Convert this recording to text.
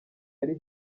yari